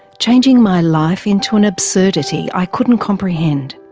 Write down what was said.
changing my life into an absurdity i couldn't comprehend.